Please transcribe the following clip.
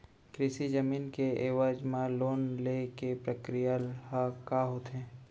कृषि जमीन के एवज म लोन ले के प्रक्रिया ह का होथे?